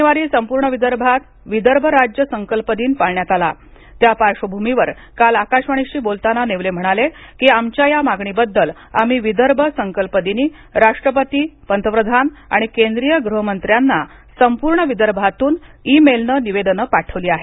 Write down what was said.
शनिवारी संपूर्ण विदर्भात विदर्भ राज्य संकल्प दिन पाळण्यात आला त्या पार्श्वभूमीवर काल आकाशवाणीशी बोलताना नेवले म्हणाले की आमच्या या मागणीबद्दल आम्ही विदर्भ संकल्पदिनी राष्ट्रपती पंतप्रधान आणि केंद्रीय गृहमंत्र्यांना संपूर्ण विदर्भातून ई मेलनं निवेदनं पाठवली आहेत